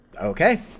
okay